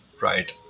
right